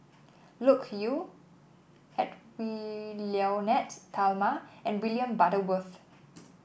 Loke Yew Edwy Lyonet Talma and William Butterworth